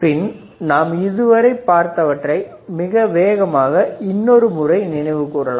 பின் நாம் இதுவரை பார்த்தவற்றை மிக வேகமாக இன்னொரு முறை நினைவு கூறலாம்